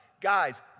Guys